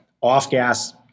off-gas